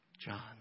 John